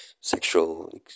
sexual